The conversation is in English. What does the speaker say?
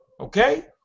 Okay